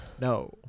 No